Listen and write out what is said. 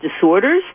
disorders